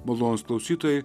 malonūs klausytojai